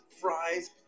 fries